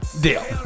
Deal